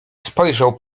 spojrzał